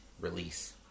release